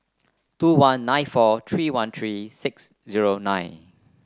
two one nine four three one three six zero nine